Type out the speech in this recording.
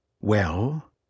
Well